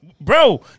bro